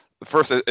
First